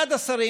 אחד השרים,